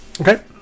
Okay